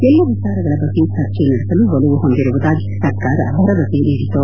ಎಲ್ಲಾ ವಿಚಾರಗಳ ಬಗ್ಗೆ ಚರ್ಚೆ ನಡೆಸಲು ಒಲವು ಹೊಂದಿರುವುದಾಗಿ ಸರ್ಕಾರ ಭರವಸೆ ನೀಡಿತು